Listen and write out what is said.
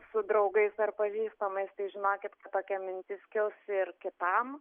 su draugais ar pažįstamais tai žinokit tokia mintis kils ir kitam